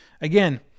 again